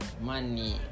money